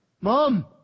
Mom